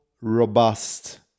robust